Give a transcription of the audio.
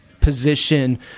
position